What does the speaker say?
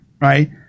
right